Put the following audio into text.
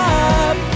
up